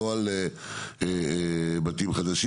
לא על בתים חדשים.